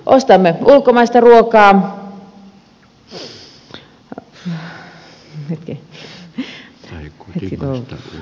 ostamme ulkomailla tuotettua ruokaa